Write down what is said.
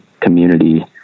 community